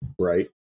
Right